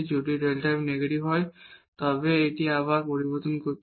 যদি Δ f negative হয় তবে এটি আবার চিহ্ন পরিবর্তন হচ্ছে